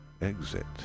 exit